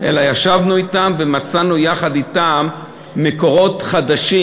אלא ישבנו אתם ומצאנו יחד אתם מקורות חדשים,